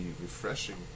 refreshing